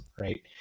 right